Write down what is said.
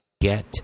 get